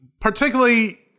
Particularly